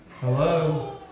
Hello